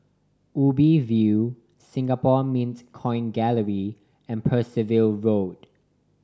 Ubi View Singapore Mint Coin Gallery and Percival Road